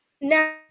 now